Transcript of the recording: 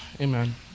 Amen